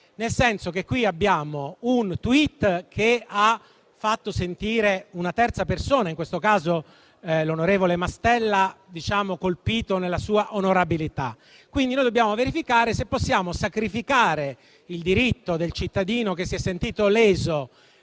nel senso che qui abbiamo un *tweet* che ha fatto sentire una terza persona, in questo caso l'onorevole Mastella, colpito nella sua onorabilità. Dobbiamo quindi verificare se possiamo sacrificare il diritto del cittadino, che si è sentito leso